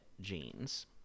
jeans